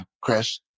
Chris